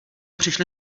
přišly